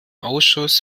ausschuss